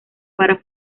para